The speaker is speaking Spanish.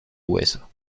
hueso